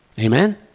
Amen